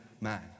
man